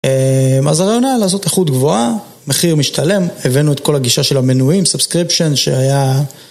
אז הרעיון היה לעשות איכות גבוהה, מחיר משתלם, הבאנו את כל הגישה של המנועים, סבסקריפשן שהיה...